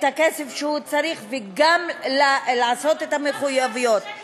הכסף שהם צריכים וגם לעשות את המחויבויות שלהם.